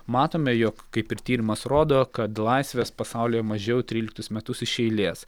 matome jog kaip ir tyrimas rodo kad laisvės pasaulyje mažiau tryliktus metus iš eilės